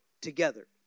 together